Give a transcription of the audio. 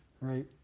Right